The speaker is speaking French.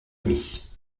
demie